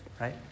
right